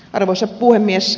arvoisa puhemies